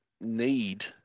need